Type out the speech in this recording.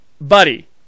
buddy